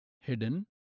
hidden